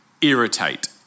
irritate